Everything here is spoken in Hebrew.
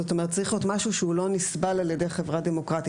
זאת אומרת צריך להיות משהו שהוא לא נסבל על ידי חברה דמוקרטית,